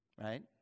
Right